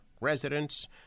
residents